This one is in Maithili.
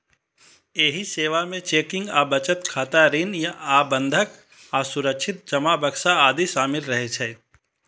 एहि सेवा मे चेकिंग आ बचत खाता, ऋण आ बंधक आ सुरक्षित जमा बक्सा आदि शामिल रहै छै